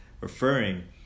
referring